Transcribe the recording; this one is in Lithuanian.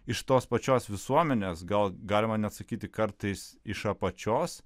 iš tos pačios visuomenės gal galima net sakyti kartais iš apačios